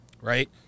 right